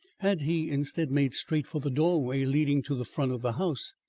had he, instead, made straight for the doorway leading to the front of the house,